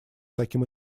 таким